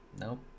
nope